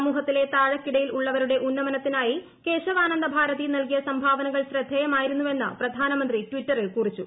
സമൂഹത്തിലെ താഴെക്കിടയിൽ ഉള്ളവരുടെ ഉന്നമനത്തിനായി കേശവാനന്ദ ഭാരതി നൽകിയ സംഭാവനകൾ ശ്രദ്ധേയമായിരുന്നുവെന്ന് പ്രധാനമന്ത്രി ടിറ്ററിൽ കുറിച്ചു